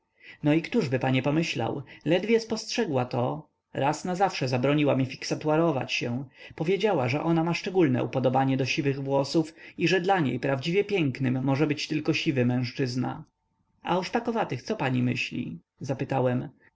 no i ktoby panie pomyślał ledwie spostrzegła to raz nazawsze zabroniła mi fiksatuarować się powiedziała że ona ma szczególne upodobanie do siwych włosów i że dla niej prawdziwie pięknym może być tylko siwy mężczyzna a o szpakowatych co pani myśli zapytałem